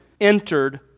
entered